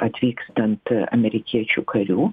atvykstant amerikiečių karių